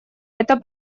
это